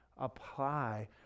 apply